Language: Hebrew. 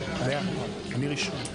מה היו עושים לו המתפללים